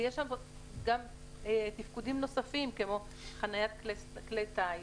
ויש שם גם תפקודים נוספים כמו חניית כלי טיס,